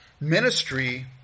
Ministry